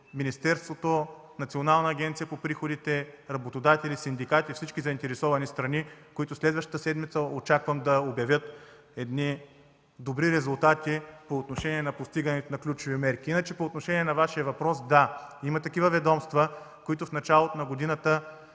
министерството, Националната агенция по приходите, работодатели, синдикати, всички заинтересовани страни, които очаквам следващата седмица да обявят добри резултати по отношение на постигането на ключови мерки. Иначе по отношение на Вашия въпрос – да, има такива ведомства, които в началото на годината